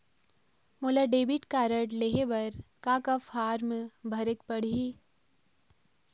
मोला debit card लेहे बर का का फार्म भरेक पड़ही?